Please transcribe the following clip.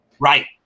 Right